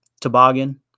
toboggan